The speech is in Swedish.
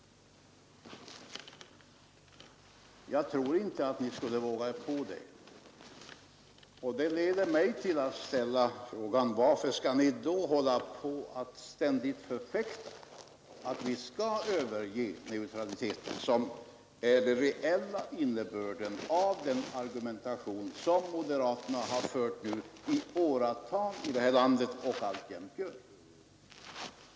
Jag tror inte att ni skulle våga er på det. Det leder mig till att ställa frågan: Varför skall ni då ständigt förfäkta att Sverige skall överge neutraliteten, vilket är den reella innebörden i den argumentation som moderaterna fört i åratal i detta land och alltjämt för.